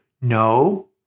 No